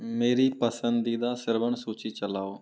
मेरी पसंदीदा श्रवण सूची चलाओ